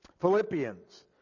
Philippians